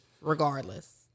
Regardless